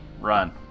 run